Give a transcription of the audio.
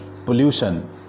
Pollution